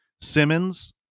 Simmons